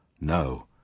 No